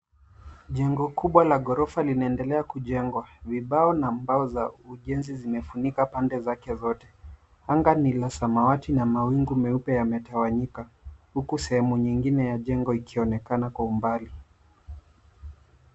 Jengo kubwa la ghorofa linaendelea kujengwa. Vibao na mbao za ujenzi zimefunika pande zake zote. Anga ni la samawati na mawingu meupe yametawanyika uku sehemu nyingine ya jengo ikionekana kwa umbali.